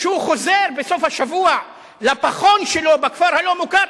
כשהוא חוזר בסוף השבוע לפחון שלו בכפר הלא-מוכר,